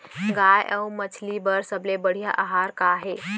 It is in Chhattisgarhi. गाय अऊ मछली बर सबले बढ़िया आहार का हे?